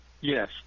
Yes